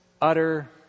utter